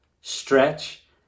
stretch